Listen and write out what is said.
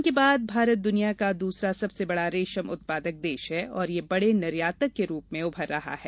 चीन के बाद भारत द्वनिया का दूसरा सबसे बड़ा रेशम उत्पादक देश है और यह बड़े निर्यातक के रूप में उभर रहा है